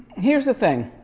here's the thing.